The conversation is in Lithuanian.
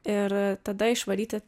ir tada išvaryti